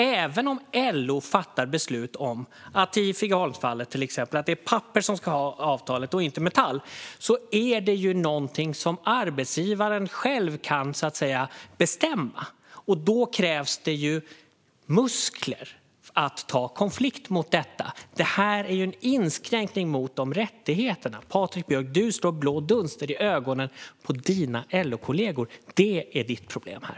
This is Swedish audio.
Även om LO fattar beslut om, som till exempel i fallet med Teknikarbetsgivarna, att det är Pappers och inte Metall som ska ha avtalet, är det någonting som arbetsgivaren själv kan bestämma. Då krävs det muskler att ta konflikt mot detta. Det här är en inskränkning av de rättigheterna. Du slår blå dunster i ögonen på dina LO-kollegor, Patrik Björck. Det är ditt problem här.